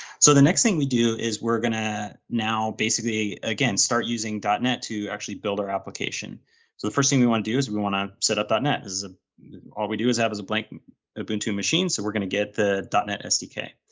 so the next thing we do is, we're going to now basically, again start using dot net to actually build our application. so the first thing we want to do is we want to set up dot net because ah all we do is have as blank ubuntu machine so we're going to get the dotnet sdk.